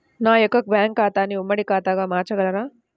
నా యొక్క బ్యాంకు ఖాతాని ఉమ్మడి ఖాతాగా మార్చగలరా?